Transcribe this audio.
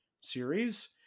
series